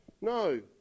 No